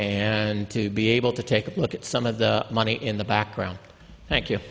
and to be able to take a look at some of the money in the background thank you